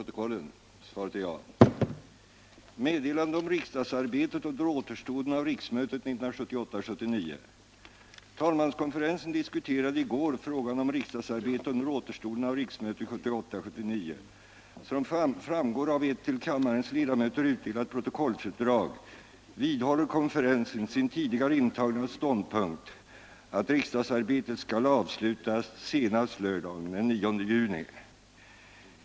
Talmanskonferensen diskuterade i går frågan om riksdagsarbetet under återstoden av riksmötet 1978/79. Såsom framgår av ett till kammarens ledamöter utdelat protokollsutdrag vidhåller konferensen sin tidigare intagna ståndpunkt att riksdagsarbetet skall avslutas senast lördagen den 9 juni.